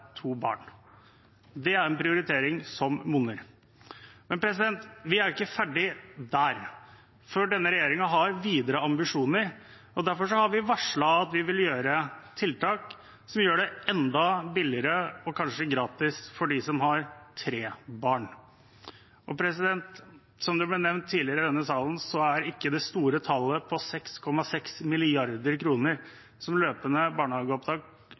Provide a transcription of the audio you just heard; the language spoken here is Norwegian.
to barn. Det er en prioritering som monner. Men vi er ikke ferdig der. Denne regjeringen har videre ambisjoner, og derfor har vi varslet at vi vil gjøre tiltak som gjør det enda billigere og kanskje gratis for dem som har tre barn. Og som det ble nevnt tidligere i denne salen, er ikke det store tallet på 6,6 mrd. kr, som løpende barnehageopptak